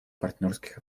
партнерских